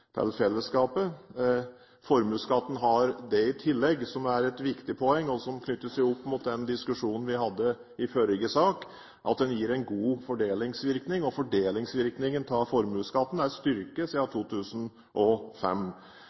til fellesskapet. Formuesskatten har det i tillegg – som er et viktig poeng, og som knytter seg opp mot den diskusjonen vi hadde i forrige sak – at den gir en god fordelingsvirkning. Fordelingsvirkningen av formuesskatten er styrket siden 2005.